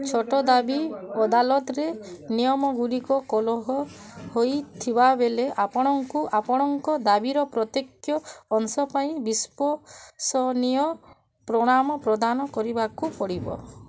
ଛୋଟ ଦାବି ଅଦାଲତରେ ନିୟମ ଗୁଡ଼ିକ କୋହଳ ହୋଇଥିବାବେଳେ ଆପଣଙ୍କୁ ଆପଣଙ୍କ ଦାବିର ପ୍ରତ୍ୟେକ ଅଂଶ ପାଇଁ ବିଶ୍ପସନୀୟ ପ୍ରମାଣ ପ୍ରଦାନ କରିବାକୁ ପଡ଼ିବ